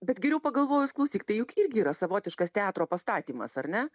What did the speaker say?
bet geriau pagalvojus klausyk tai juk irgi yra savotiškas teatro pastatymas ar ne